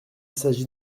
s’agit